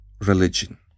religion